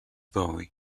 bowie